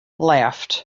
laughed